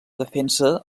defensa